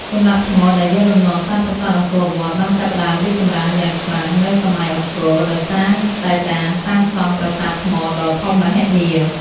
ចម្លាក់ថ្មដែលយកលំនាំតាមប្រាសាទអង្គរវត្ត បានចាប់ផ្ដើមរីកចម្រើនយ៉ាងខ្លាំងនៅសម័យអង្គរ ដោយសារតែការសាងសង់ប្រាសាទថ្មដ៏ធំមហិមា។